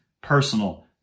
personal